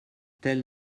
telle